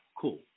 Cool